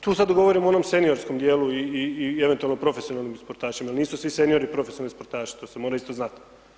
Tu sada govorimo o onom seniorskom dijelu i eventualno profesionalnim sportašima jer nisu svi seniori profesionalni sportaši, to se mora isto znati.